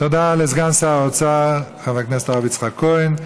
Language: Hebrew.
תודה לסגן שר האוצר חבר הכנסת הרב יצחק כהן.